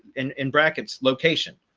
and in brackets, location,